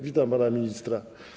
Witam pana ministra.